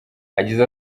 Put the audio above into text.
yagize